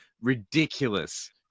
ridiculous